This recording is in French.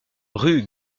rue